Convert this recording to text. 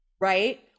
Right